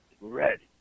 ready